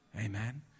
Amen